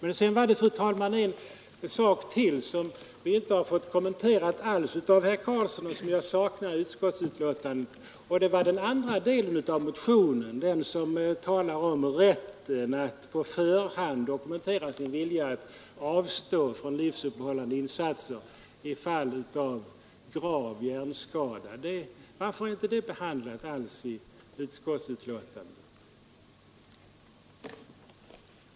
En sak har vi emellertid, fru talman, inte alls fått kommenterad av herr Karlsson, och vi saknar också en kommentar därom i betänkandet. Det gäller den andra delen av motionen, den som talar om rätten att på förhand dokumentera sin vilja att avstå från livsuppehållande insatser i fall av grav hjärnskada. Varför är inte den saken behandlad i betänkandet?